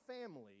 family